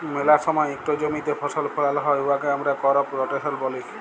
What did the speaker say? ম্যালা সময় ইকট জমিতে ফসল ফলাল হ্যয় উয়াকে আমরা করপ রটেশল ব্যলি